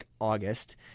August